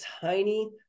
tiny